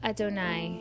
Adonai